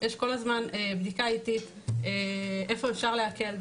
יש כל הזמן בדיקה עתית איפה אפשר להקל,